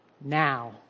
now